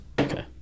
Okay